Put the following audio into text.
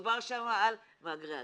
מדובר שם על מהגרי אקלים,